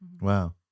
wow